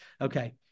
Okay